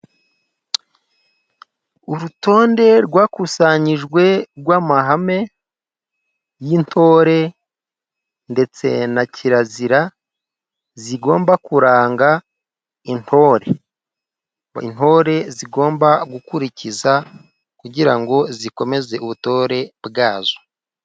Urutonde rwakusanyijwe rw'amahame y'intore ndetse na kirazira zigomba kuranga intore. Intore zigomba gukurikiza kugira ngo zikomeze ubutore bwazo.